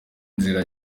nzira